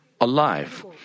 alive